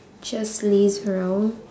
just laze around